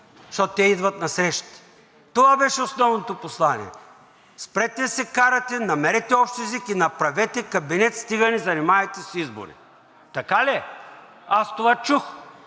защото те идват на срещите. Това беше основното послание: спрете да се карате, намерете общ език и направете кабинет, стига ни занимавайте с избори. Така ли е? Аз това чух,